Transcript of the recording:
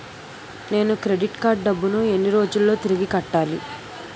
నేను credit card డబ్బును ఎన్ని రోజుల్లో తిరిగి కట్టాలి?